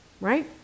right